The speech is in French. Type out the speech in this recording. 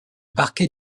parquet